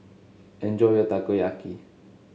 enjoy your Takoyaki